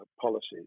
policies